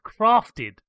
crafted